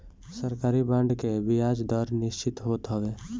सरकारी बांड के बियाज दर निश्चित होत हवे